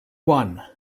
one